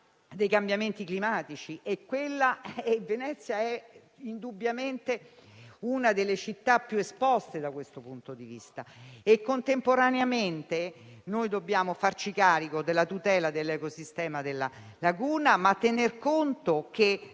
dei cambiamenti climatici, e Venezia è indubbiamente una delle città più esposte, da questo punto di vista. Contemporaneamente, dobbiamo farci carico della tutela dell'ecosistema della laguna, ma tenendo conto di